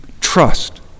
trust